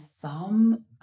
thumb